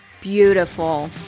beautiful